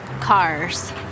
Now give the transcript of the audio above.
cars